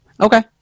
Okay